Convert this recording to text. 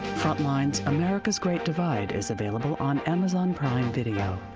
frontline's america's great divide is available on amazon prime video.